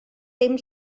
dim